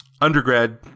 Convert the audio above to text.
undergrad